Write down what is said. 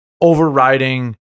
overriding